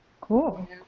cool